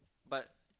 but